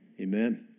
Amen